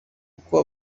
uko